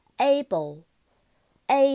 able，a